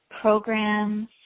programs